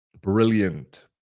Brilliant